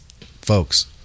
folks